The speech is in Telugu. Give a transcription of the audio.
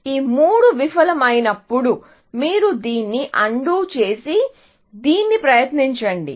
ఈ మూడు విఫలమైనప్పుడు మీరు దీన్ని అన్డు చేసి దీన్ని ప్రయత్నించండి